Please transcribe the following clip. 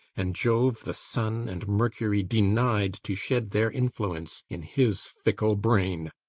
and jove, the sun, and mercury denied to shed their influence in his fickle brain!